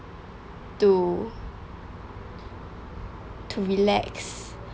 to to relax